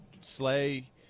Slay